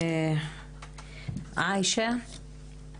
עאישה.